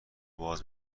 باز